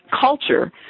culture